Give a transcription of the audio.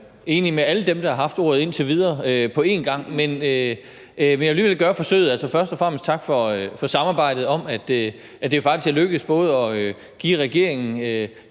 enig med alle dem, der har haft ordet indtil videre, på en gang, men jeg vil alligevel gøre forsøget. Først og fremmest: Tak for samarbejdet, hvor det jo faktisk lykkedes både at give regeringen